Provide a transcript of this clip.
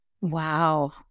Wow